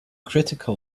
critical